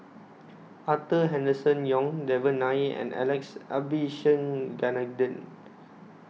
Arthur Henderson Young Devan Nair and Alex Abisheganaden